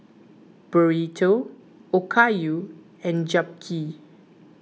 Burrito Okayu and Japchae